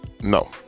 no